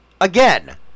Again